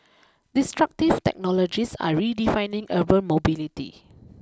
disruptive technologies are redefining urban mobility